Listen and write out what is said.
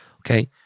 Okay